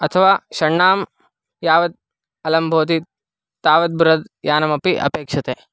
अथवा षण्णां यावत् अलं भवति तावद् बृहद् यानमपि अपेक्षते